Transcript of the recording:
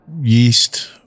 yeast